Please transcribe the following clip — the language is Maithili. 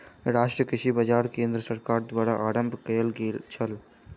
राष्ट्रीय कृषि बाजार केंद्र सरकार द्वारा आरम्भ कयल गेल छल